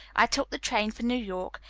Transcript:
i took the train for new york,